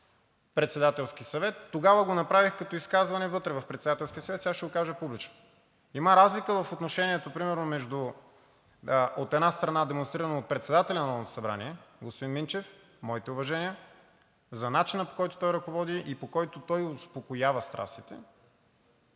Председателски съвет. Тогава го направих като изказване вътре в Председателския съвет, сега ще го кажа публично. Има разлика в отношението примерно между, от една страна, демонстрирано от председателя на Народното събрание господин Минчев, моите уважения за начина, по който той ръководи и по който той успокоява страстите,